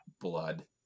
Blood